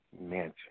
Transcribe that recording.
mansion